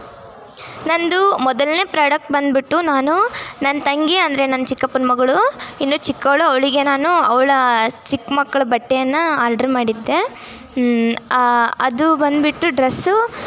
ನನ್ನದು ಮೊದಲನೇ ಪ್ರಾಡಕ್ಟ್ ಬಂದುಬಿಟ್ಟು ನಾನು ನನ್ನ ತಂಗಿ ಅಂದರೆ ನನ್ನ ಚಿಕ್ಕಪ್ಪನ ಮಗಳು ಇನ್ನು ಚಿಕ್ಕವಳು ಅವಳಿಗೆ ನಾನು ಅವಳ ಚಿಕ್ಕ ಮಕ್ಕಳ ಬಟ್ಟೆನ ಆಡ್ರ್ ಮಾಡಿದ್ದೆ ಅದು ಬಂದುಬಿಟ್ಟು ಡ್ರೆಸ್ಸು